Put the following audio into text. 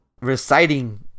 reciting